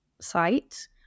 site